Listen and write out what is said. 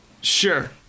Sure